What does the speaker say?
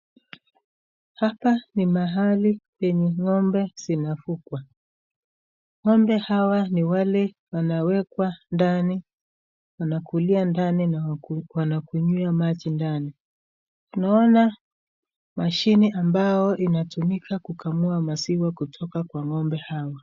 Hapa ni mahali penye ngo'mbe zinafukwa , ngo'mbe hawa ni wale wanawekwa ndani wanakulia ndani, nawanakunyia maji ndani tunaona mashini ambao inatumika kukamua maziwa kutoka kwa ngo'mbe hawa.